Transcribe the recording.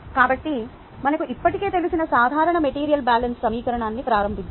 కాబట్టి మనకు ఇప్పటికే తెలిసిన సాధారణ మెటీరియల్ బ్యాలెన్స్ సమీకరణాన్ని ప్రారంభిద్దాం